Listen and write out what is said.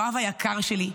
יואב היקר שלי.